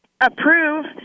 approve